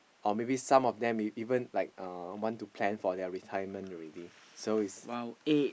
or maybe some of them even like uh want to plan for their retirement already so is